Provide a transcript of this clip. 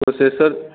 processor